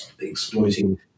exploiting